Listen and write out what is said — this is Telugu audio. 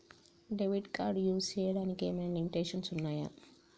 డెబిట్ కార్డ్ యూస్ చేయడానికి ఏమైనా లిమిటేషన్స్ ఉన్నాయా?